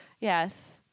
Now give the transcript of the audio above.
Yes